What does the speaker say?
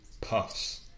puffs